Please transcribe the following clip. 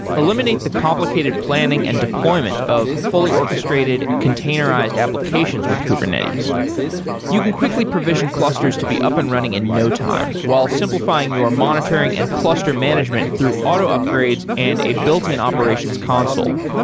eliminate the complicated planning planning and deployment of fully orchestrated containerized applications with kubernetes you can quickly provision clusters to be up and running in no time, while simplifying your monitoring and cluster management through auto upgrades and a built-in operations console.